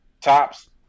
Tops